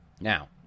Now